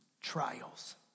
trials